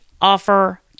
offer